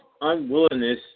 unwillingness